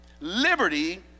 Liberty